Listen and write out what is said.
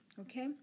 Okay